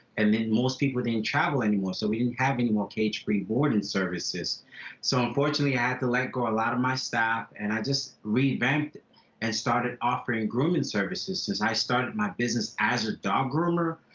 and then most people didn't and travel anymore so we didn't have any more cage-free boarding services so unfortunately i had to let go a lot of my staff and i just revamped it and started offering grooming services. since i started my business as a dog groomer,